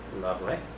Lovely